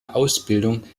ausbildung